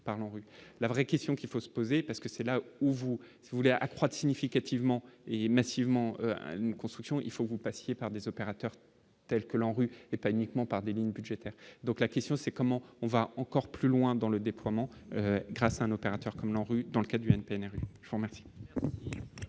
la vraie question qu'il faut se poser parce que c'est là où vous voulez accroître significativement et massivement à une construction il faut vous passiez par des opérateurs tels que l'ANRU et pas uniquement par des lignes budgétaires, donc la question c'est : comment on va encore plus loin dans le déploiement grâce à un opérateur comme l'ANRU dans le cas du PNR formation.